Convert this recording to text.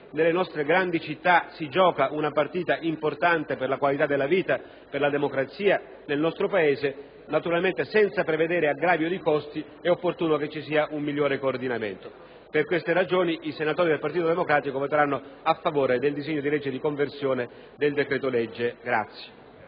Nelle nostre grandi città infatti si gioca una partita importante per la qualità della vita e per la democrazia del nostro Paese e, naturalmente senza prevedere aggravio di costi, è opportuno che ci sia un migliore coordinamento. Per le ragioni dette i senatori del Partito Democratico voteranno a favore del disegno di legge di conversione del decreto-legge n.